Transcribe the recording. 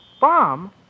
Bomb